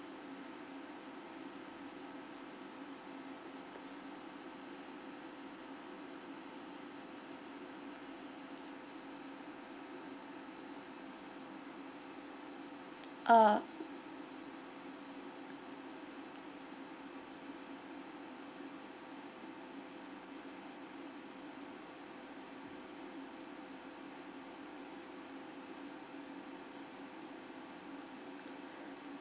uh